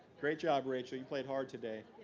great job rachel, you played hard today.